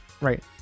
right